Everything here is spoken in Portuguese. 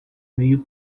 meio